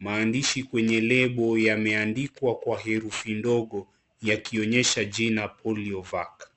maandishi kwenye lebo imeandikwa kwa herufi ndogo yakionyesha jina Polio vac .